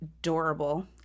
adorable